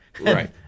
right